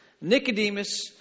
Nicodemus